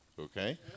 Okay